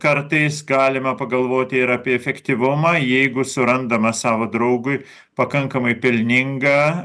kartais galima pagalvoti ir apie efektyvumą jeigu surandama savo draugui pakankamai pelninga